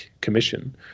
commission